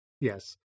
Yes